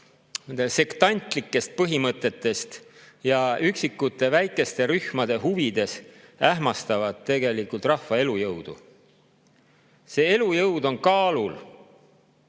sektantlikest põhimõtetest [lähtuvalt] ja üksikute väikeste rühmade huvides ähmastavad rahva elujõudu. See elujõud on kaalul